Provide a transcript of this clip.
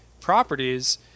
properties